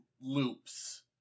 loops